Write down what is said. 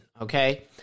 okay